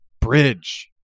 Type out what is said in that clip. bridge